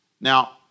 Now